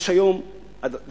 יש היום דרגות,